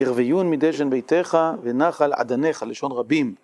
ירוין מדשן ביתך ונחל עדניך, לישון רבים.